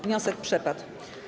Wniosek przepadł.